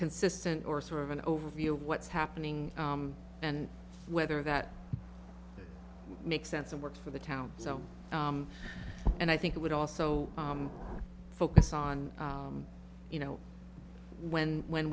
consistent or sort of an overview of what's happening and whether that makes sense and works for the town so and i think it would also focus on you know when when